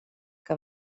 que